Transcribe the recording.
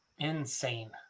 insane